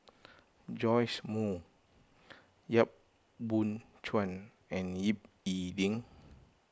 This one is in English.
Joash Moo Yap Boon Chuan and Ying E Ding